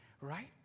right